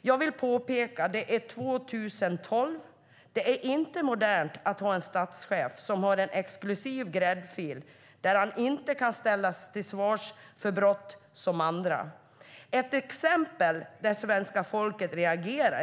Jag vill påpeka att det nu är år 2012. Det är inte modernt att ha en statschef som har en exklusiv gräddfil där han inte kan ställas till svars för brott som andra. Jag ska ta ett exempel där svenska folket reagerade.